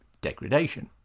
Degradation